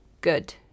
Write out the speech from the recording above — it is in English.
good